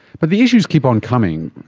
but the issues keep on coming,